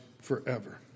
forever